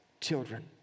children